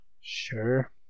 Sure